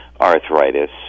arthritis